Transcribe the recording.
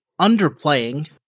underplaying